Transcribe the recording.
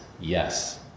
yes